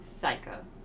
Psycho